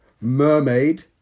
Mermaid